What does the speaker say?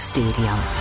Stadium